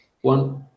one